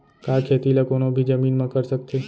का खेती ला कोनो भी जमीन म कर सकथे?